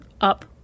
up